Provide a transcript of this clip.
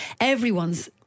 Everyone's